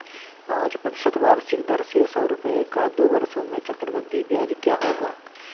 पाँच प्रतिशत वार्षिक दर से सौ रुपये का दो वर्षों में चक्रवृद्धि ब्याज क्या होगा?